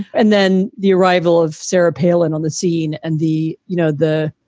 and then the arrival of sarah palin on the scene and the you know, the